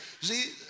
See